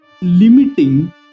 limiting